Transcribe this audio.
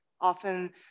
often